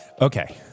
okay